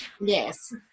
yes